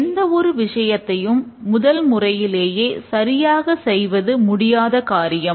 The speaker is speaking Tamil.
எந்த ஒரு விஷயத்தையும் முதல் முறையிலேயே சரியாக செய்வது முடியாத காரியம்